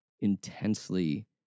intensely